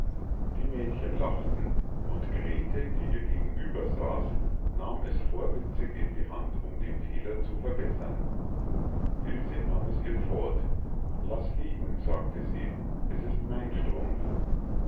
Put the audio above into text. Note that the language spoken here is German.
die mädchen lachten und grete die ihr gegenübersaß nahm es vorwitzig in die hand um den fehler zu verbessern ilse nahm es ihr fort laß liegen sagte sie es ist mein strumpf